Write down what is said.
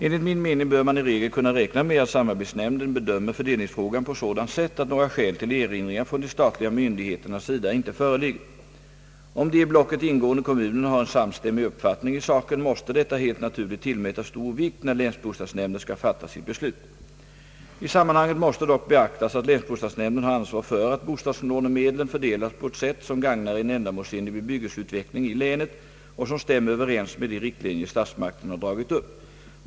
Enligt min mening bör man i regel kunna räkna med att samarbetsnämnden bedömer fördelningsfrågan på sådant sätt att några skäl till erinringar från de statliga myndigheternas sida inte föreligger. Om de i blocket ingående kommunerna har en samstämmig uppfattning i saken, måste detta helt naturligt tillmätas stor vikt när länsbostadsnämnden skall fatta sitt beslut. I sammanhanget måste dock beaktas att länsbostadsnämnden har ansvar för att bostadslånemedlen fördelas på ett sätt som gagnar en ändamålsenlig bebyggelseutveckling i länet och som stämmer överens med de riktlinjer statsmakterna har dragit upp.